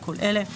על כל אלה ;